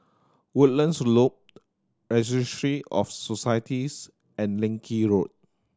Woodlands Loop Registry of Societies and Leng Kee Road